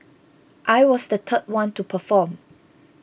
I was the third one to perform